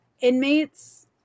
inmates